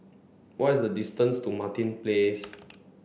what is the distance to Martin Place